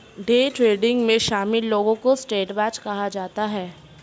day trading में शामिल लोगों को सट्टेबाज कहा जाता है